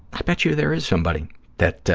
i bet you there is somebody that